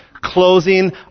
Closing